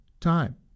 time